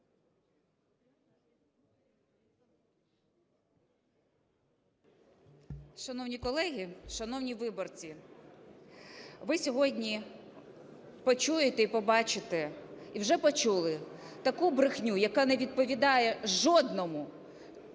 Шановні колеги, шановні виборці, ви сьогодні почуєте і побачите, і вже почули таку брехню, яка не відповідає жодному